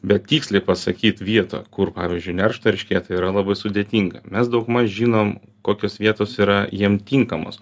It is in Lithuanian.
bet tiksliai pasakyt vietą kur pavyzdžiui neršt eršketui yra labai sudėtinga mes daugmaž žinom kokios vietos yra jiem tinkamos